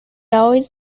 always